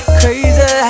crazy